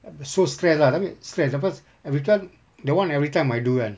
so stressed lah tapi stress apa cause this one that one that one everytime I do kan